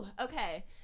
Okay